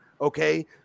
okay